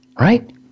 right